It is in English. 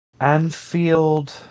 Anfield